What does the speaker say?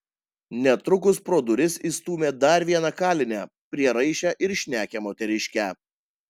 netrukus pro duris įstūmė dar vieną kalinę prieraišią ir šnekią moteriškę